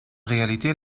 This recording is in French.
réalité